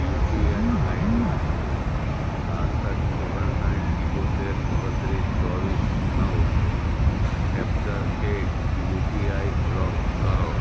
UPI ID છાંસઠ ઓગણસાઠ ઇકોતર ઓગણત્રીસ ચોવીસ નવ એપ ધર એટ યુપીઆઇ બ્લોક કરો